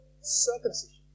circumcision